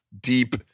deep